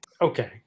Okay